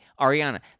Ariana